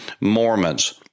mormons